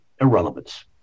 irrelevance